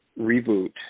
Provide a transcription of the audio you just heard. reboot